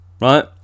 right